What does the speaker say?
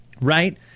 Right